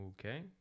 okay